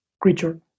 creature